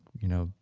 you know.